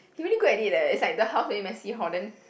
he really good at it leh is like the house very messy hor then